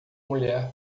mulher